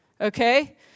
Okay